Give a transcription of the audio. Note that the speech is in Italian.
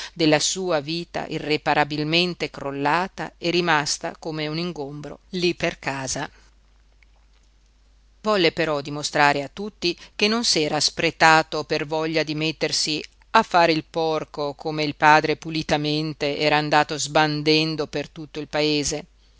della sua vita irreparabilmente crollata e rimasta come un ingombro lí per casa volle però dimostrare a tutti che non s'era spretato per voglia di mettersi a fare il porco come il padre pulitamente era andato sbandendo per tutto il paese